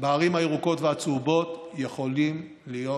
בערים הירוקות והצהובות יכולים להיות